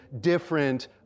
different